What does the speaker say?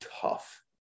tough